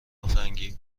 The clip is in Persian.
مفنگی